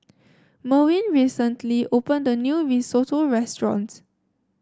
Merwin recently opened a new Risotto restaurant